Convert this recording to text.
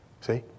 See